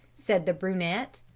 said the brunette.